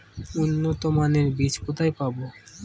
উন্নতমানের বীজ কোথায় পাব?